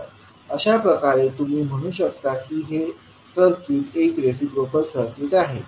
तर अशा प्रकारे तुम्ही म्हणू शकता की हे सर्किट एक रिसिप्रोकल सर्किट आहे